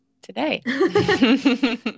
Today